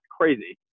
crazy